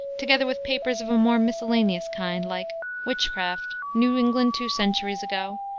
together with papers of a more miscellaneous kind, like witchcraft, new england two centuries ago,